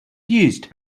used